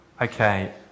Okay